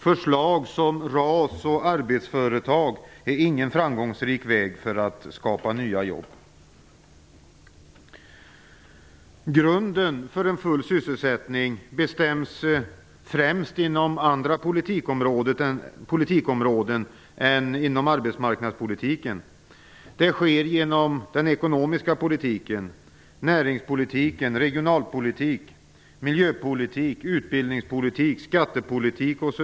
Förslag som RAS och arbetsföretag är ingen framgångsrik väg för att skapa nya jobb. Grunden för en full sysselsättning bestäms främst inom andra politikområden än inom arbetsmarknadspolitiken. Det sker genom den ekonomiska politiken, näringspolitiken, regionalpolitiken, miljöpolitiken, utbildningspolitiken och skattepolitiken.